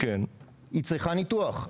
המטופלת הגיעה אליי אתמול כשהיא צריכה ניתוח.